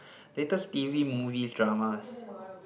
latest t_v movies dramas